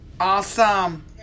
Awesome